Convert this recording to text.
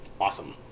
Awesome